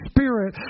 Spirit